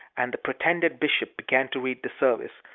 and the pretended bishop began to read the service,